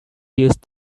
used